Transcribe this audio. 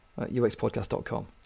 uxpodcast.com